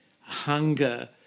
hunger